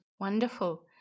Wonderful